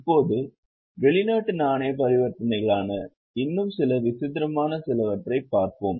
இப்போது வெளிநாட்டு நாணய பரிவர்த்தனைகளான இன்னும் சில விசித்திரமான சிலவற்றை பார்ப்போம்